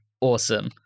awesome